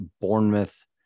Bournemouth